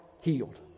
healed